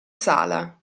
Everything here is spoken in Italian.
sala